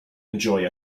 enjoy